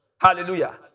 Hallelujah